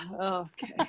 Okay